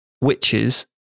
witches